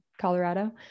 Colorado